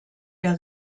der